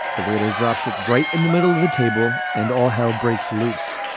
the waiter drops it right in the middle of the table and all hell breaks loose.